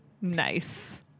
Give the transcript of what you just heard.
Nice